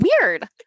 weird